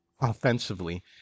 Offensively